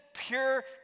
pure